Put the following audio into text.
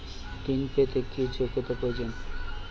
ঋণ পেতে কি যোগ্যতা প্রয়োজন?